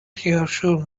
خیارشور